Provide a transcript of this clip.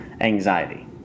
anxiety